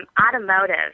Automotive